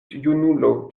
junulo